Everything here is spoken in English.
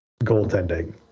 goaltending